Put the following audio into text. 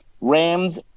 Rams